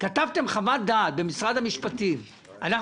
כתבתם חוות דעת במשרד המשפטים אנחנו